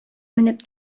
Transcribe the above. менеп